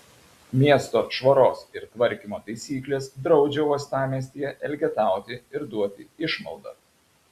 miesto švaros ir tvarkymo taisyklės draudžia uostamiestyje elgetauti ir duoti išmaldą